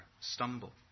stumble